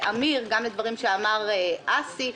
ואמיר דהן וגם לדברים שאמר אסי מסינג.